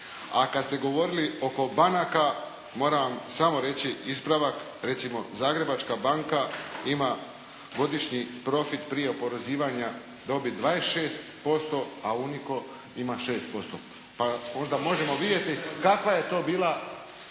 A kad ste govorili oko banaka moram vam samo reći ispravak. Recimo, Zagrebačka banka ima godišnji profit prije oporezivanja dobit 26% a UNICO ima 6%. Pa onda možemo vidjeti kakva je to bila